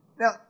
now